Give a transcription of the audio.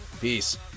peace